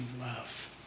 love